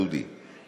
דודי,